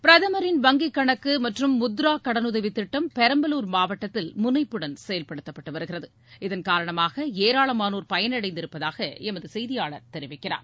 பிரதமரின் வங்கி கணக்கு மற்றும் முத்ரா கடனுதவி திட்டம் பெரம்பலுார் மாவட்டத்தில் முனைப்புடன் செயல்படுத்தப்பட்டு வருகிறது இதன்காரணமாக ஏராளமானோர் பயனடைந்திருப்பதாக எமது செய்தியாளர் தெரிவிக்கிறார்